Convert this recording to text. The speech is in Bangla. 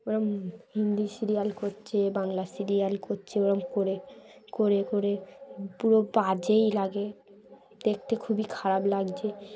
ওরম হিন্দি সিরিয়াল করছে বাংলা সিরিয়াল করছে ওরম করে করে করে পুরো বাজেই লাগে দেখতে খুবই খারাপ লাগছে